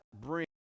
bring